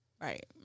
Right